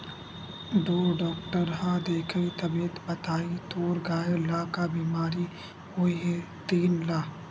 ढ़ोर डॉक्टर ह देखही तभे बताही तोर गाय ल का बिमारी होय हे तेन ल